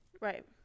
right